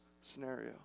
scenario